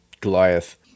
Goliath